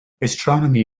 astronomy